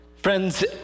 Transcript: Friends